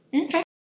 Okay